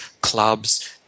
clubs